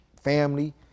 family